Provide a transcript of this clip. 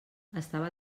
estava